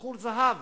בחור זהב,